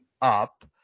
up